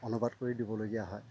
অনুবাদ কৰি দিবলগীয়া হয়